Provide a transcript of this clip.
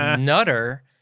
Nutter